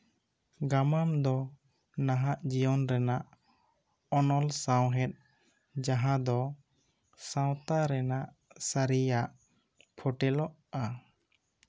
ᱜᱟᱢᱟᱢ ᱫᱚ ᱱᱟᱦᱟᱜ ᱡᱤᱭᱚᱱ ᱨᱮᱱᱟᱜ ᱚᱱᱚᱞ ᱥᱟᱶᱦᱮᱫ ᱡᱟᱦᱟᱸ ᱫᱚ ᱥᱟᱣᱛᱟ ᱨᱮᱱᱟᱜ ᱥᱟᱨᱤᱭᱟᱜ ᱯᱷᱳᱴᱮᱞᱚᱜᱼᱟ